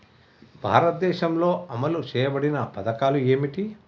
భారతదేశంలో అమలు చేయబడిన పథకాలు ఏమిటి?